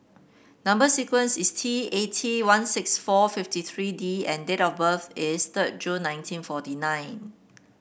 number sequence is T eighty one six four fifty three D and date of birth is third June nineteen forty nine